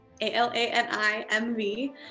A-L-A-N-I-M-V